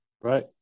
Right